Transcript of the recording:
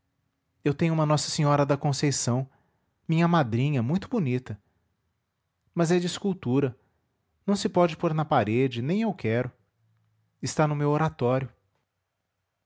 eu tenho uma nossa senhora da conceição minha madrinha muito bonita mas é de escultura não se pode pôr na parede nem eu quero está no meu oratório